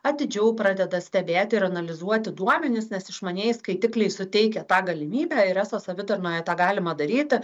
atidžiau pradeda stebėti ir analizuoti duomenis nes išmanieji skaitikliai suteikia tą galimybę ir eso savitarnoje tą galima daryti